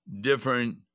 different